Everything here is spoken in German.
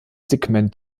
segment